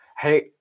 hey